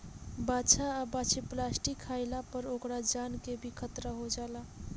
बाछा आ बाछी प्लास्टिक खाइला पर ओकरा जान के भी खतरा हो जाला